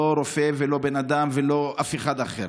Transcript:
לא רופא ולא בן אדם ולא אף אחד אחר.